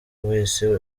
wese